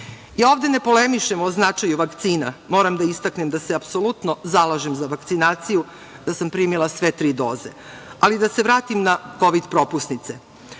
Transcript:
Ovde ne polemišem o značaju vakcina, moram da istaknem da se apsolutno zalažem za vakcinaciju, da sam primila sve tri doze, ali da se vratim na kovid propusnice. Ovde